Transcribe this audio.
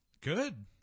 Good